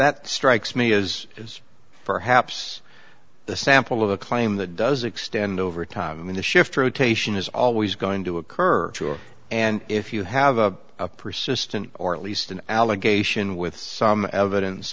that strikes me as is perhaps the sample of a claim that does extend over time in the shift rotation is always going to occur and if you have a persistent or at least an allegation with some evidence